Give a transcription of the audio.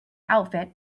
outfit